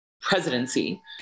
presidency